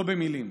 לא במילים.